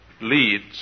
leads